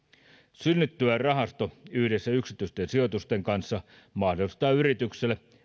synnyttyään rahasto yhdessä yksityisten sijoitusten kanssa mahdollistaa yrityksille